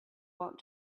walked